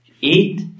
Eat